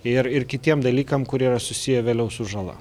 ir ir kitiem dalykam kurie yra susiję vėliau su žala